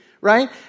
right